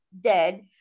dead